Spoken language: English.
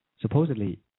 supposedly